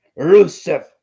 Rusev